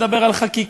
מדבר על חקיקה,